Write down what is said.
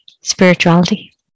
spirituality